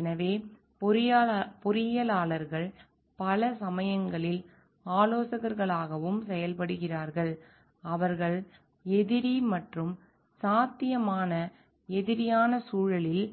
எனவே பொறியியலாளர்கள் பல சமயங்களில் ஆலோசகர்களாகவும் செயல்படுகிறார்கள் அவர்கள் எதிரி மற்றும் சாத்தியமான எதிரியான சூழலில்